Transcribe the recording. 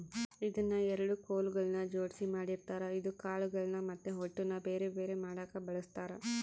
ಇದನ್ನ ಎರಡು ಕೊಲುಗಳ್ನ ಜೊಡ್ಸಿ ಮಾಡಿರ್ತಾರ ಇದು ಕಾಳುಗಳ್ನ ಮತ್ತೆ ಹೊಟ್ಟುನ ಬೆರೆ ಬೆರೆ ಮಾಡಕ ಬಳಸ್ತಾರ